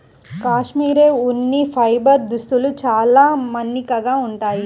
cashmere ఉన్ని fibre దుస్తులు చాలా మన్నికగా ఉంటాయి